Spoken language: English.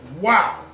Wow